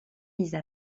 mises